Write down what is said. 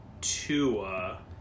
Tua